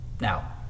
Now